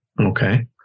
okay